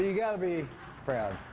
yeah got to be proud.